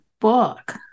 book